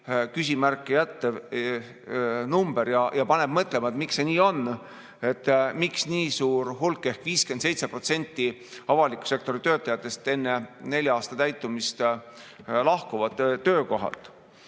küsimärke jättev number ja paneb mõtlema, miks see nii on. Miks nii suur hulk ehk 57% avaliku sektori töötajatest enne nelja aasta täitumist töökohalt